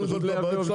פשוט לייבא עובדים,